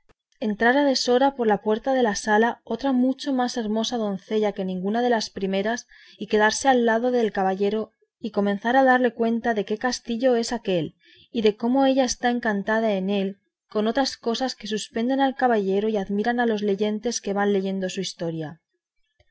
entrar a deshora por la puerta de la sala otra mucho más hermosa doncella que ninguna de las primeras y sentarse al lado del caballero y comenzar a darle cuenta de qué castillo es aquél y de cómo ella está encantada en él con otras cosas que suspenden al caballero y admiran a los leyentes que van leyendo su historia